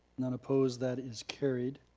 none opposed, that is carried.